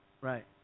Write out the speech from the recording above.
Right